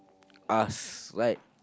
ask right